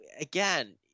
again